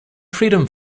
freedom